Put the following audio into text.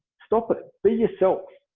stop it! be yourself!